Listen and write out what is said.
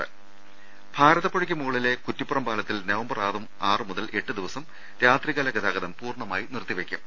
രുട്ട്ട്ട്ട്ട്ട്ട്ട ഭാരതപ്പുഴക്ക് മുകളിലെ കുറ്റിപ്പുറം പാലത്തിൽ നവംബർ ആറുമുതൽ എട്ടുദിവസം രാത്രികാല ഗതാഗതം പൂർണ്ണമായി നിർത്തിവെയ്ക്കും